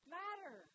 matter